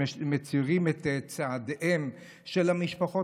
שמצירים את צעדיהן של המשפחות,